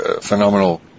phenomenal